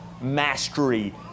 mastery